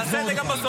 תעשה את זה גם בסוף.